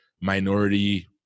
minority